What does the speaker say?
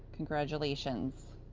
congratulations.